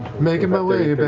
making my way but